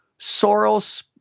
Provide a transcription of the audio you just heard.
Soros